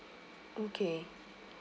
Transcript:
okay